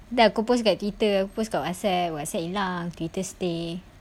tak kau post kat Twitter post kat Whatsapp Whatsapp hilang Twitter stay